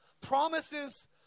promises